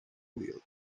wheel